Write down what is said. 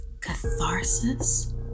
catharsis